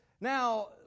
Now